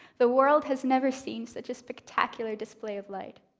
the world has never seen such a spectacular display of light.